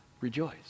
Rejoice